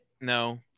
No